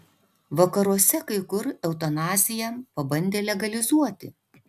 vakaruose kai kur eutanaziją pabandė legalizuoti